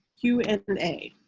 q and and a.